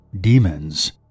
demons